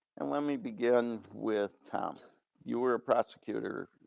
and let me begin with um you were a prosecutor